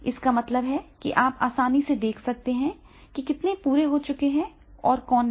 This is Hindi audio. इसका मतलब है कि आप आसानी से देख सकते हैं कि कितने पूरे हो चुके हैं और कौन नहीं